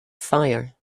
fire